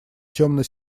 темно